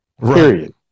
period